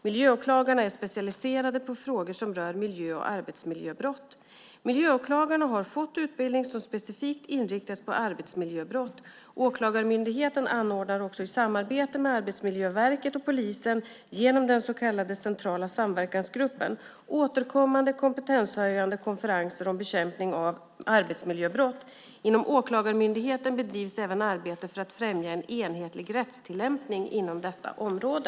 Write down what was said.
Miljöåklagarna är specialiserade på frågor som rör miljö och arbetsmiljöbrott. Miljöåklagarna har fått utbildning som specifikt inriktats på arbetsmiljöbrott. Åklagarmyndigheten anordnar också i samarbete med Arbetsmiljöverket och Polisen, genom den så kallade Centrala samverkansgruppen, återkommande kompetenshöjande konferenser om bekämpning av arbetsmiljöbrott. Inom Åklagarmyndigheten bedrivs även arbete för att främja en enhetlig rättstillämpning inom detta område.